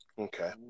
Okay